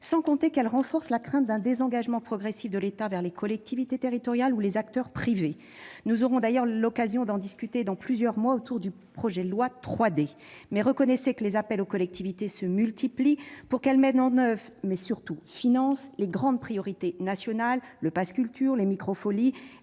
Sans compter qu'elle renforce la crainte d'un désengagement progressif de l'État vers les collectivités territoriales ou les acteurs privés. Nous aurons l'occasion d'en discuter dans quelques mois lors de l'examen du projet de loi « 3D », mais reconnaissez que les appels aux collectivités se multiplient pour qu'elles mettent en oeuvre et, surtout, financent les grandes priorités nationales : le pass culture, les Micro-folies et